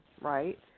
right